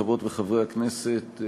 חברות וחברי הכנסת,